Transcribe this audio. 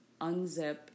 unzip